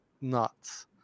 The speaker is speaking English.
nuts